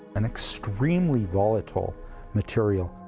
an extremely volatile material.